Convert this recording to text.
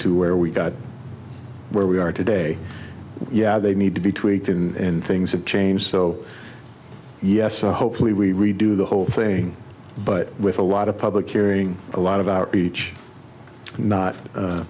to where we got where we are today yeah they need to be tweaked in things that change so yes hopefully we redo the whole thing but with a lot of public hearing a lot of outreach not